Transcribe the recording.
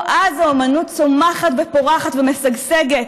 או-אז האומנות צומחת ופורחת ומשגשגת